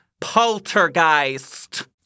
Poltergeist